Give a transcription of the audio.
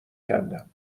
کندم